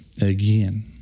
again